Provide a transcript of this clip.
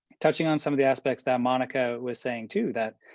touching on some of the aspects that monica was saying too, that,